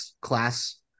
class